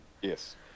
Yes